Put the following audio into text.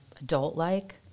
adult-like